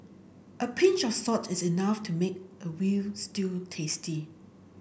a pinch of salt is enough to make a veal stew tasty